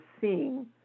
seeing